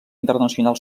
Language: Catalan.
internacional